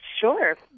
Sure